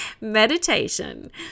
Meditation